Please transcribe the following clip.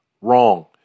Wrong